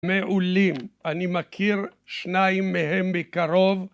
מעולים אני מכיר שניים מהם מקרוב